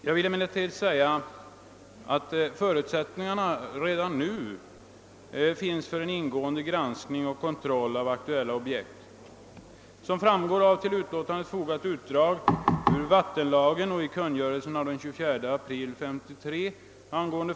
Jag vill emellertid framhålla att förutsättningarna för en ingående granskning och kontroll av aktuella projekt redan nu föreligger. Som framgår av till utlåtandet fogat utdrag ur kungörelsen den 24 april 1953 ang.